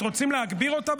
אתם רוצים להגביר אותה?